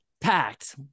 Packed